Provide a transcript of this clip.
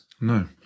No